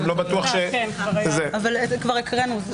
גם לא בטוח ש --- אבל כבר הקראנו את זה.